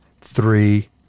three